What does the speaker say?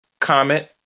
comment